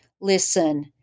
Listen